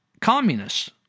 communists